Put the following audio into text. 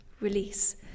release